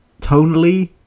tonally